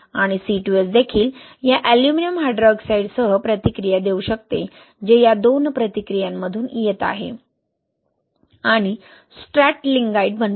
आणि C2S देखील या अॅल्युमिनियम हायड्रॉक्साईडसह प्रतिक्रिया देऊ शकते जे या दोन प्रतिक्रियांमधून येत आहे आणि स्ट्रॅटलिंगाइट बनते